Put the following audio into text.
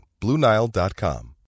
BlueNile.com